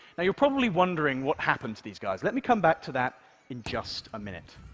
now you're probably wondering what happened to these guys. let me come back to that in just a minute.